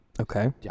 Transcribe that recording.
Okay